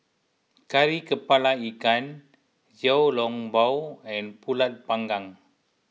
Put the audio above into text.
Kari Kepala Ikan Xiao Long Bao and Pulut Panggang